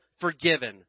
forgiven